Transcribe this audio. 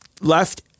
left